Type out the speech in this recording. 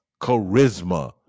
charisma